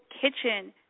kitchen